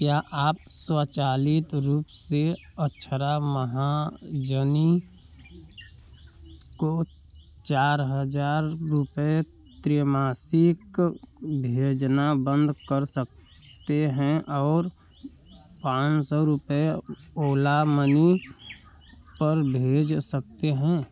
क्या आप स्वचालित रूप से अक्षरा महाजनी को चार हज़ार रुपए त्रैमासिक भेजना बंद कर सकते हैं और पाँच सौ रुपए ओला मनी पर भेज सकते हैं